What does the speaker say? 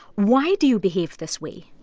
why do you behave this way?